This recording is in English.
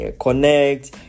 connect